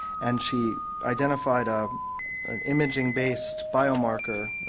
and she identified ah an imaging based biomarker,